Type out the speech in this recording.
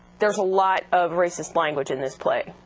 there's a lot of racist language in this play a